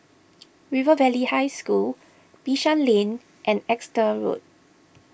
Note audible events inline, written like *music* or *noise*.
*noise* River Valley High School Bishan Lane and Exeter Road